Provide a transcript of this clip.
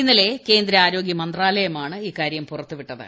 ഇന്നലെ കേന്ദ്ര ആരോഗ്പ് മന്ത്രാലയമാണ് ഇക്കാര്യം പുറത്തുവിട്ടത്